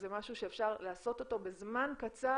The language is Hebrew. זה משהו שאפשר לעשות אותו בזמן קצר